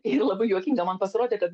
ir labai juokinga man pasirodė kad